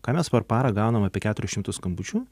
ką mes per parą gaunam apie keturis šimtus skambučių